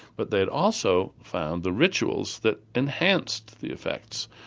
but they'd also found the rituals that enhanced the effects.